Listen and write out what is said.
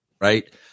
right